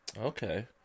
Okay